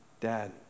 Dad